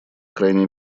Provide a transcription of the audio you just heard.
крайней